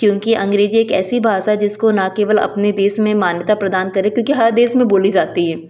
क्योंकि अंग्रेजी एक ऐसी भाषा है जिसको ना केवल अपने देश में मान्यता प्रदान करें क्योंकि हर देश में बोली जाती है